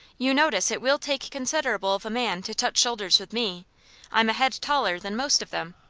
you notice it will take considerable of a man to touch shoulders with me i'm a head taller than most of them.